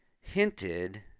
hinted